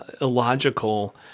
illogical